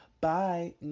bye